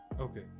Okay